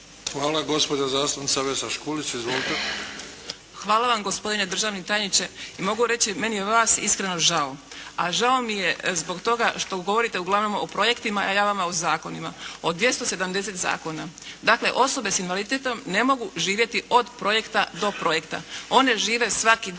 vam gospodine državni tajniče.